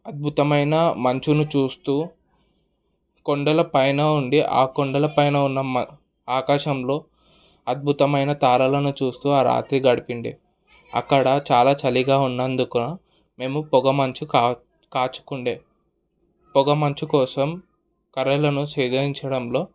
అద్భుతమైన మంచును చూస్తూ కొండల పైన ఉండి ఆ కొండల పైన ఉన్న ఆకాశంలో అద్భుతమైన తారలను చూస్తూ ఆ రాత్రి గడిపిండే అక్కడ చాలా చలిగా ఉన్నందుకు మేము పొగ మంచు కా కాచుకుండే పొగ మంచు కోసం కర్రలను సేదరించడంలో